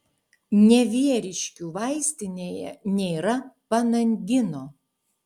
nevieriškių vaistinėje nėra panangino